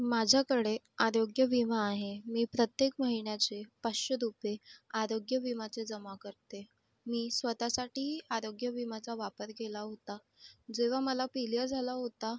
माझ्याकडे आरोग्य विमा आहे मी प्रत्येक महिन्याचे पाचशे रुपये आदोग्य विमाचे जमा करते मी स्वत साठी आदोग्य विमाचा वापर केला होता जेव्हा मला पिलिया झाला होता